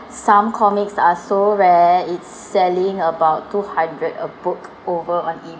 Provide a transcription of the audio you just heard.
some comics are so rare it's selling about two hundred a book over on E